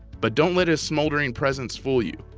but don't let his smoldering presence fool you,